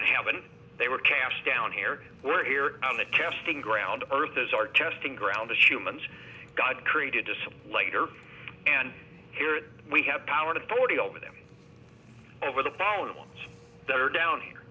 in heaven they were cast down here we're here on the testing ground earth is our testing ground as humans god created us later and here we have power and authority over them over the bones that are down here